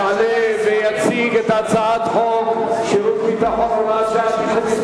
יעלה ויציג את הצעת חוק שירות ביטחון (הוראת שעה) (תיקון מס'